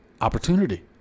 opportunity